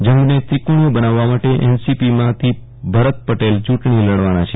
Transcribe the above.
જંગન ત્રિકોણો બનાવવા માટે એનસીપીમાથી ભરત પટેલ ચુંટણી લડવના છે